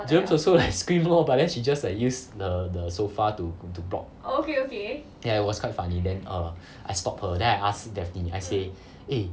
germs also like scream lor but then she just like use the the sofa to block ya it was quite funny then err I stop her then I ask daphne I say eh